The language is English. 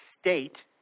state